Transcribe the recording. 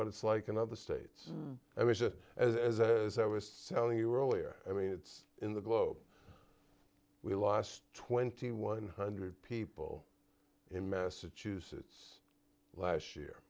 what it's like in other states i was a as i was selling you earlier i mean it's in the globe we lost twenty one hundred people in massachusetts last year